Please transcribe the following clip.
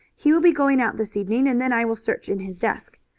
he will be going out this evening, and then i will search in his desk.